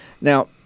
Now